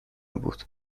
بود